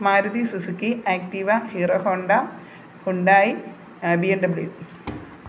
Maruti Suzuki Activa Hero Honda Hyundai BMW